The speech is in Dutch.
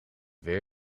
weer